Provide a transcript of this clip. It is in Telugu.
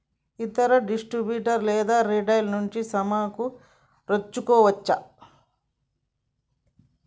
ఇతర డిస్ట్రిబ్యూటర్ లేదా రిటైలర్ నుండి సమకూర్చుకోవచ్చా?